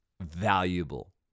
valuable